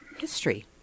history